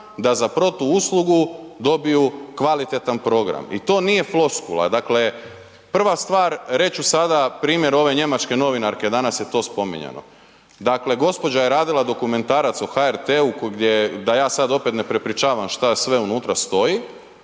da za protuuslugu dobiju kvalitetan program i to nije floskula, dakle prva stvar, reći ću sada primjer ove njemačke novinarke, danas je to spominjano. Dakle gospođa je radila dokumentarac o HRT-u gdje je da ja sad opet ne prepričavam šta sve unutra stoji,